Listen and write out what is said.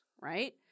right